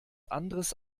anderes